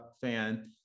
fan